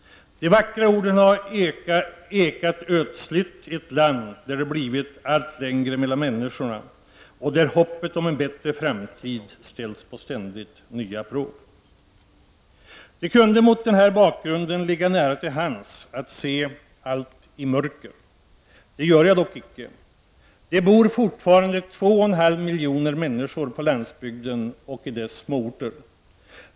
De vackra orden har ekat ödsligt i ett land där det blivit allt längre mellan människorna och där hoppet om en bättre framtid sätts på ständigt nya prov. Det kunde mot den bakgrunden ligga nära till hands att se allt i mörker. Det gör jag dock icke. Det bor fortfarande två och en halv miljoner människor på landsbygden och i dess småorter.